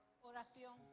Oración